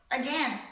again